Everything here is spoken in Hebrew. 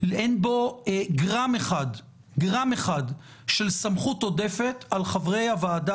אין בו גרם אחד של סמכות עודפת על חברי הוועדה